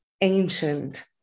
ancient